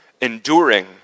enduring